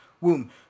womb